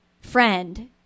friend